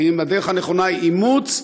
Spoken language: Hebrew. ואם הדרך הנכונה היא אימוץ,